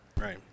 Right